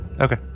okay